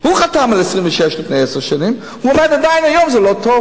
היא חתמה על 26 לפני עשר שנים והיא אומרת עדיין היום שזה לא טוב.